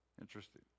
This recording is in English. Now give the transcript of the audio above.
Interesting